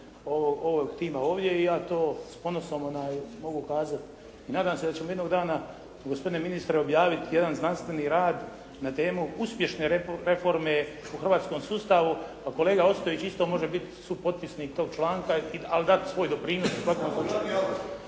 ovog tima ovdje i ja to s ponosom mogu kazati i nadam se da ćemo jednog dana gospodine ministre objaviti jedan znanstveni rad na temu uspješne reforme u hrvatskom sustavu. Pa kolega Ostojić isto može biti supotpisnik tog članka, ali dati svoj doprinos u svakom slučaju.